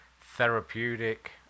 therapeutic